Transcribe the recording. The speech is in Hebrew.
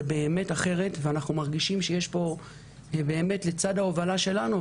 זה באמת אחרת ואנחנו מרגישים שיש פה באמת לצד ההובלה שלנו,